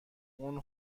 اون